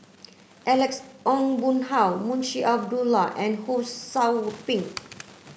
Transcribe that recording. Alex Ong Boon Hau Munshi Abdullah and Ho Sou Ping